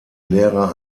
lehrer